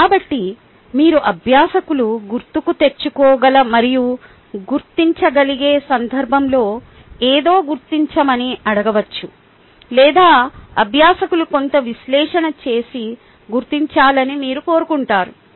కాబట్టి మీరు అభ్యాసకులు గుర్తుకు తెచ్చుకోగల మరియు గుర్తించగలిగే సందర్భంలో ఏదో గుర్తించమని అడగవచ్చు లేదా అభ్యాసకులు కొంత విశ్లేషణ చేసి గుర్తించాలని మీరు కోరుకుంటారు